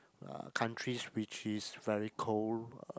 countries which is very cold uh